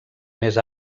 més